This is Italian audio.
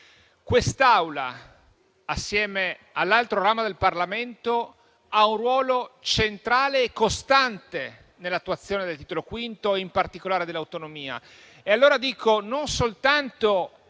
Quest'Aula, assieme all'altro ramo del Parlamento, ha un ruolo centrale e costante nell'attuazione del Titolo V e in particolare dell'autonomia.